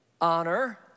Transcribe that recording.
honor